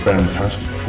Fantastic